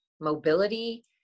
mobility